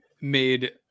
made